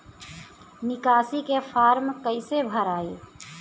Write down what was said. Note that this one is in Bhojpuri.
निकासी के फार्म कईसे भराई?